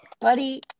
Buddy